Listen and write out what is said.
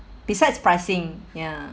besides pricing ya